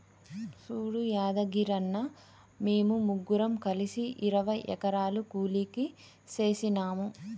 సూడు యాదగిరన్న, మేము ముగ్గురం కలిసి ఇరవై ఎకరాలు కూలికి సేసినాము